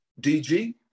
DG